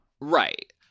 Right